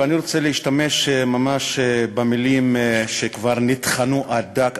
ואני רוצה להשתמש במילים שכבר נטחנו עד דק,